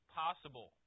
possible